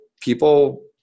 people